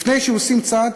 לפני שעושים צעד,